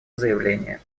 заявление